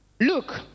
Look